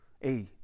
hey